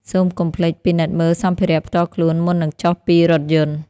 សូមកុំភ្លេចពិនិត្យមើលសម្ភារៈផ្ទាល់ខ្លួនមុននឹងចុះពីរថយន្ត។